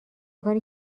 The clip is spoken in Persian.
کاری